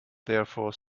therefore